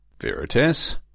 Veritas